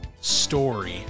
story